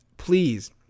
Please